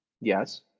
Yes